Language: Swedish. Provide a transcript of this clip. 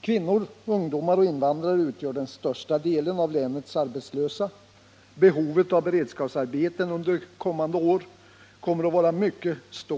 Kvinnor, ungdomar och invandrare utgör den största delen av länens arbetslösa. Behovet av beredskapsarbeten under kommande år kommer att vara mycket stort.